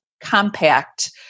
compact